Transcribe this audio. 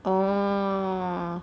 orh